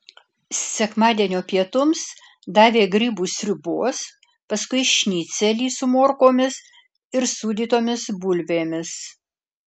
sekmadienio pietums davė grybų sriubos paskui šnicelį su morkomis ir sūdytomis bulvėmis